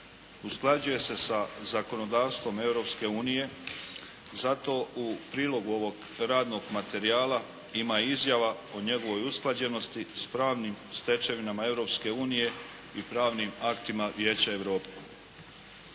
usklađuje se sa zakonodavstvom Europske unije. Zato u prilogu ovog radnog materijala ima izjava o njegovoj usklađenosti s pravnim stečevinama Europske unije i pravnim aktima Vijeća Europe.